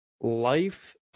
life